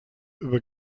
über